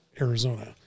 Arizona